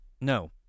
No